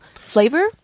flavor